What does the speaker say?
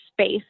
space